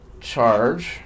charge